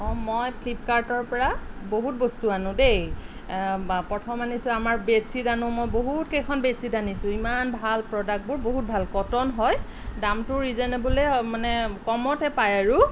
অঁ মই ফ্লিপকাৰ্টৰপৰা বহুত বস্তু আনো দেই প্ৰথম আনিছোঁ আমাৰ বেড শ্বিট আনো মই বহুতকেইখন বেড শ্বিট আনিছোঁ ইমান ভাল প্ৰডাক্টবোৰ বহুত ভাল কটন হয় দামটোও ৰিজনেবলে মানে কমতে পাই আৰু